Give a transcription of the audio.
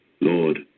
Lord